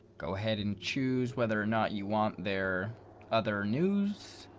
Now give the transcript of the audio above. go ahead and choose whether or not you want there other news.